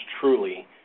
truly